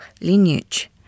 lineage